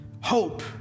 Hope